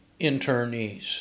internees